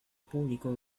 público